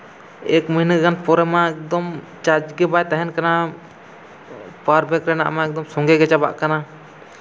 ᱮᱠ ᱢᱟᱹᱦᱱᱟᱹ ᱜᱟᱱ ᱯᱚᱨᱮᱢᱟ ᱮᱠᱫᱚᱢ ᱪᱟᱨᱡᱽ ᱜᱮᱵᱟᱭ ᱛᱟᱦᱮᱱ ᱠᱟᱱᱟ ᱯᱟᱣᱟᱨ ᱵᱮᱝᱠ ᱨᱮᱱᱟᱜᱼᱢᱟ ᱥᱚᱸᱜᱮᱼᱜᱮ ᱪᱟᱵᱟᱜ ᱠᱟᱱᱟ